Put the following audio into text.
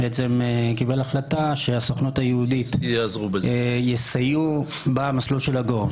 שהסוכנות היהודית יסייעו במסלול של ה-go,